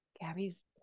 Gabby's